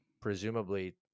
presumably